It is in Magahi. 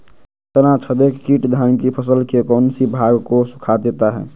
तनाछदेक किट धान की फसल के कौन सी भाग को सुखा देता है?